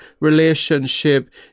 relationship